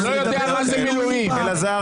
הוא מדבר על מילואים באוהל.